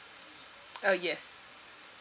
uh yes